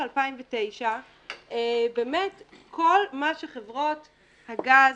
2009. באמת כל מה שחברות הגז,